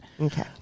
Okay